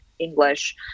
English